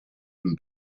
him